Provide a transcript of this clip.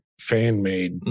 fan-made